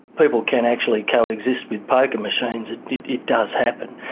people can actually coexist with poker machines. it it does happen.